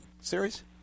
series